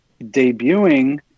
debuting